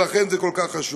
ולכן זה כל כך חשוב.